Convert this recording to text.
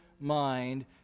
mind